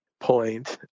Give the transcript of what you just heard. point